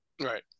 Right